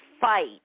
fight